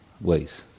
ways